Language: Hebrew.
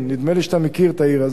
נדמה לי שאתה מכיר את העיר הזאת,